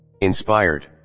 Inspired